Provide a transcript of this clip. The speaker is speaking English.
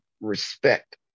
respect